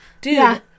Dude